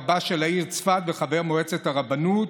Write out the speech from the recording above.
רבה של העיר צפת וחבר מועצת הרבנות,